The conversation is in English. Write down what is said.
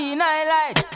nightlight